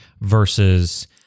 versus